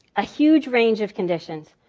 a huge range of conditions.